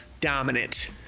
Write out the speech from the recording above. dominant